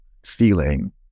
feeling